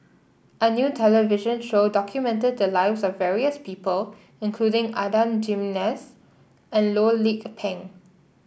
a new television show documented the lives of various people including Adan Jimenez and Loh Lik Peng